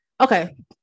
okay